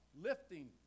lifting